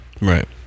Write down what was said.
Right